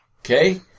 okay